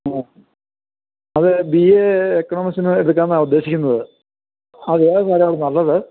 അത് B A economics എടുക്കാമെന്നാണ് ഉദ്ദേശിക്കുന്നത് അതില് ഏതാ സാറേ അവിടെ നല്ലത്